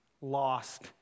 lost